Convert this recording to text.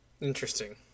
Interesting